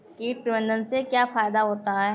कीट प्रबंधन से क्या फायदा होता है?